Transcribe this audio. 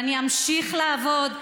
ואני אמשיך לעבוד,